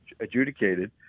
adjudicated